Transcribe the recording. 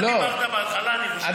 מה אמרת בהתחלה אני זוכר.